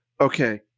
Okay